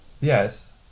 Yes